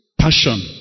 passion